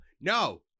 no